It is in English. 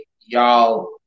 y'all